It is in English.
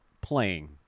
playing